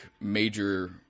major